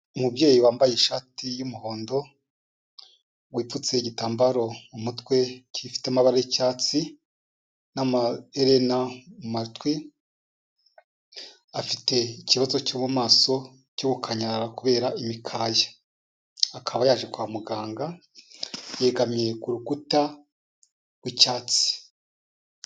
Umubyeyi wambaye ishati y'umuhondo wipfutse igitambaro umutwe gifite amabara y'icyatsi, n'amaherena mu matwi, afite ikibazo cyo mu maso cyo gukanyarara kubera imikaya, akaba yaje kwa muganga yegamye ku rukuta rw'icyatsi.